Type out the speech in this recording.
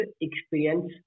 experience